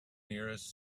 nearest